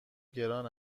گران